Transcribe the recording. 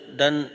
dan